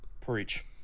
Preach